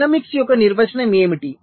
dynamics యొక్క నిర్వచనం ఏమిటి